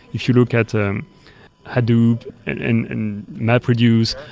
if you look at ah um hadoop and and mapreduce,